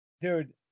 Dude